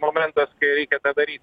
momentas kai reikia tą daryt